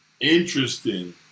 Interesting